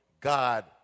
God